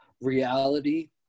reality